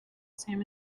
same